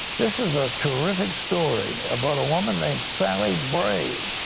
this is a terrific story about a woman named sallie bray.